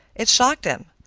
it shocked him.